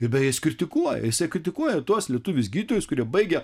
ir beje jis kritikuoja jisai kritikuoja tuos lietuvius gydytojus kurie baigę